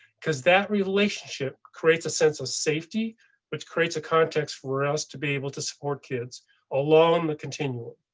cause that relationship creates a sense of safety which creates a context for us to be able to support kids along the continuum.